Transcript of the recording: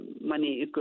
money